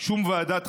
11 בעד, 37 נגד.